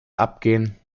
abgehen